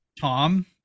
Tom